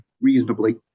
reasonably